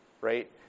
right